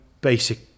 basic